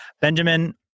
Benjamin